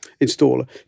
installer